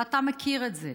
ואתה מכיר את זה,